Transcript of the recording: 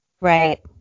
Right